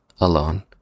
alone